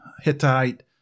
Hittite